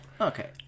Okay